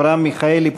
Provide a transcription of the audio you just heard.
אברהם מיכאלי,